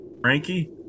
Frankie